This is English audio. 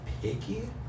picky